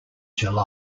july